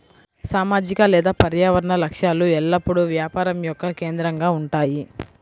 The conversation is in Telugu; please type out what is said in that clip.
సామాజిక లేదా పర్యావరణ లక్ష్యాలు ఎల్లప్పుడూ వ్యాపారం యొక్క కేంద్రంగా ఉంటాయి